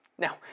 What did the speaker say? Now